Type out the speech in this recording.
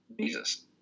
jesus